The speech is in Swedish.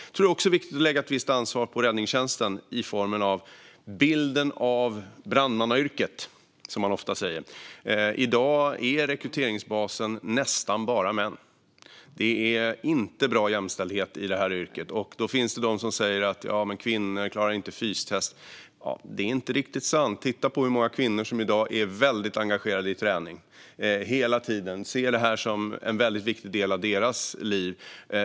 Jag tror att det är viktigt att lägga ett visst ansvar även på räddningstjänsten i form av bilden av brandmannayrket, som man ofta säger. I dag är rekryteringsbasen nästan bara män. Det är inte någon bra jämställdhet i det här yrket. Det finns de som säger: Kvinnor klarar inte fystest. Det är inte riktigt sant. Titta på hur många kvinnor som i dag är väldigt engagerade i träning och som ser det som en viktig del av sitt liv!